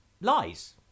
lies